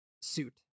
suit